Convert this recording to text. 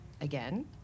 again